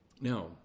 Now